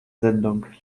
sendung